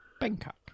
Bangkok